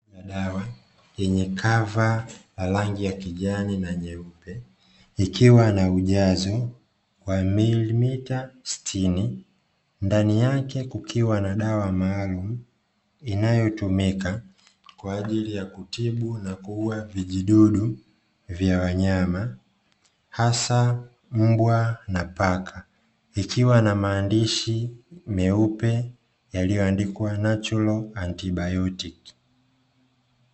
Chupa ya dawa yenye kava ya rangi ya kijani na nyeupe ikiwa na ujazo wa milimita sitini, ndani yake kukiwa na dawa maalumu inayotumika kwa ajili ya kutibu na kuuwa vijidudu vya wanyama hasa mbwa na paka ikiwa na maandishi meupe yaliyoandikwa "NATURAL ANTIBIOTIC".